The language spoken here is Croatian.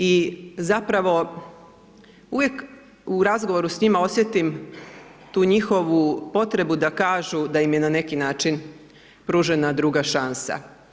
I zapravo uvijek u razgovoru s njima osjetim tu njihovu potrebu da kažu da im je na neki način pružena druga šansa.